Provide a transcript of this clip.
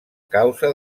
causa